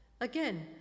Again